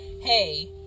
hey